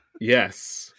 Yes